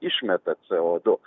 išmeta co du